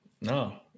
no